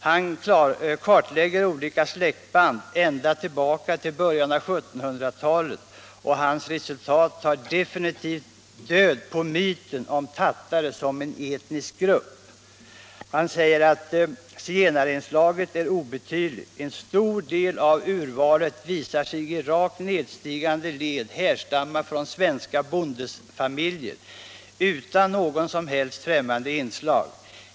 Han kartlägger olika släktband ända tillbaka till början av 1700-talet, och hans resultat tar definitivt död på myten om tattare som en etnisk grupp. Zigenarinslaget är obetydligt; en stor del av urvalet visar sig i rakt nedstigande led härstamma från svenska bondefamiljer utan något som helst främmande inslag.